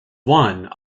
one